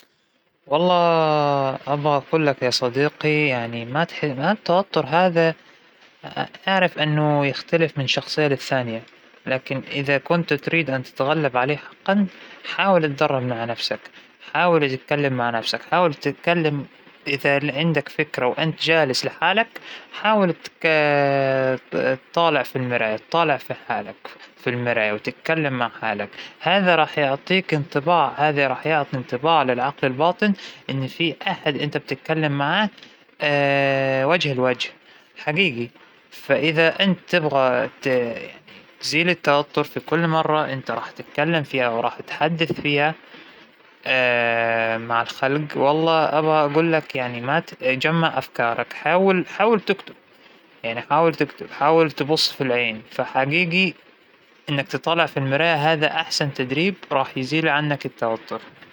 أول شيء إنك ترتب أفكارك ترتيب سليم، تجهز المقدمة والخاتمة تبعك، تجهز المحتوى اللي راح تحكي فيه، أبد أبد ما تلتفت لأي مؤثرات خارجية، إنه خلاص أنا راح أنطلق الحين وحاكي العالم انتهت، ما في أي شيء راح يشتت انتباهي أبدا.